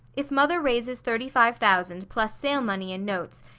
if mother raises thirty-five thousand, plus sale money and notes,